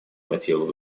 мотивов